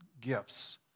gifts